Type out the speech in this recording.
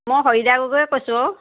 মই হৰিতা গগৈ কৈছোঁ